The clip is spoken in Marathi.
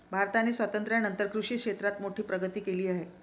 भारताने स्वातंत्र्यानंतर कृषी क्षेत्रात मोठी प्रगती केली आहे